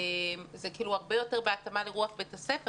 זה כאילו הרבה יותר בהתאמה לרוח בית הספר